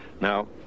Now